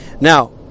Now